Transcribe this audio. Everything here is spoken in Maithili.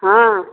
हाँ